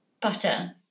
butter